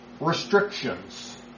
restrictions